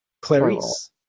Clarice